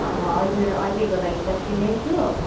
अँ हजुर अहिलेको लागि त फ्री नै छु